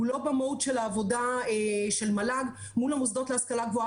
זה לא במהות של העבודה של מל"ג מול המוסדות להשכלה גבוהה,